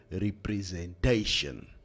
representation